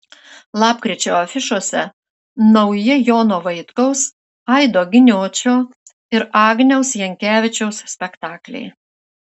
lapkričio afišose nauji jono vaitkaus aido giniočio ir agniaus jankevičiaus spektakliai